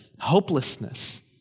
hopelessness